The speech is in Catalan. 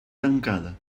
tancada